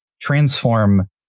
transform